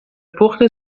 پخت